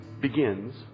begins